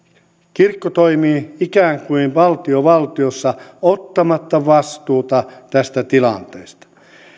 kirkko toimii ikään kuin valtio valtiossa ottamatta vastuuta tästä tilanteesta